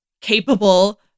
capable